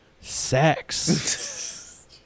Sex